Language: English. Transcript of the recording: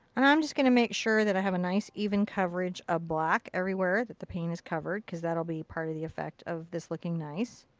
i'm just gonna make sure that i have a nice even coverage of black. everywhere, that the paint is covered cause that'll be part of the effect of this looking nice.